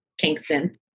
Kingston